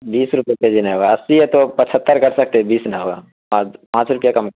بیس روپے کے جی نہیں ہوگا اسی روپے ہے تو پچھتر کر سکتے ہیں بیس نہیں ہوگا پانچ پانچ روپیے کم